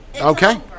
Okay